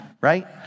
Right